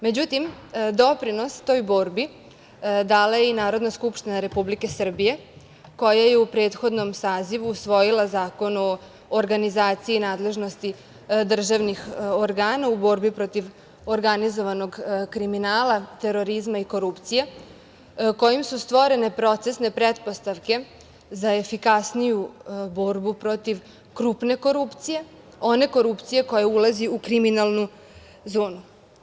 Međutim, doprinos toj borbi dala je i Narodna skupština Republike Srbije koja je u prethodnom sazivu usvojila Zakon o organizaciji i nadležnosti državnih organa u borbi protiv organizovanog kriminala, terorizma i korupcije, kojim su stvorene procesne pretpostavke za efikasniju borbu protiv krupne korupcije, one korupcije koja ulazi u kriminalnu zonu.